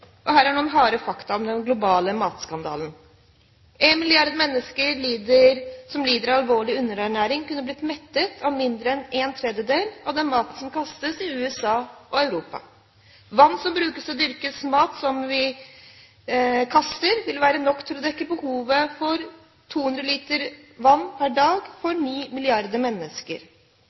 Her er noen harde fakta om den globale matskandalen: En milliard mennesker som lider av alvorlig underernæring, kunne blitt mettet av mindre enn en tredjedel av den maten som kastes i USA og Europa. Vann som brukes til å dyrke mat, som vi kaster, ville vært nok til å dekke behovet for 200 liter vann per dag for ni milliarder mennesker.